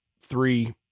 three